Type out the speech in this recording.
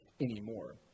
anymore